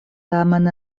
tamen